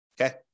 Okay